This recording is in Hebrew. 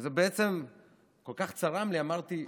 וזה בעצם כל כך צרם לי, אמרתי: